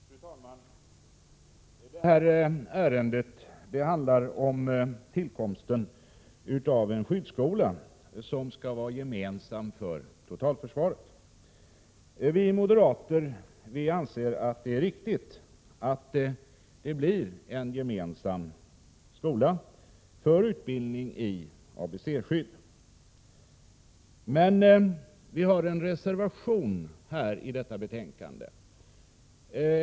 Fru talman! Det här ärendet handlar om tillkomsten av en skyddsskola som skall vara gemensam för totalförsvaret. Vi moderater anser att det är riktigt att det blir en gemensam skola för utbildning i ABC-skydd, men vi har avgivit en reservation till detta betänkande.